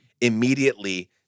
immediately